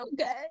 okay